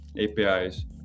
APIs